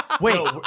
Wait